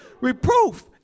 Reproof